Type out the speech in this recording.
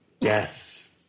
Yes